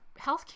healthcare